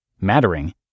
mattering